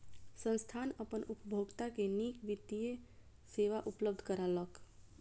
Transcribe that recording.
संस्थान अपन उपभोगता के नीक वित्तीय सेवा उपलब्ध करौलक